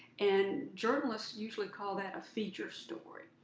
and journalists usually call that a feature story.